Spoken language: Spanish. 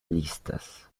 listas